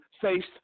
faced